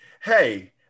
Hey